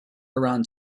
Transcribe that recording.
around